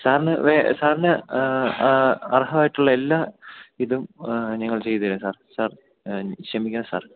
സാറിന് സാറിന് അർഹമായിട്ടുള്ള എല്ലാ ഇതും ഞങ്ങൾ ചെയ്തുതരാം സാർ സാർ ക്ഷമിക്കണം സാർ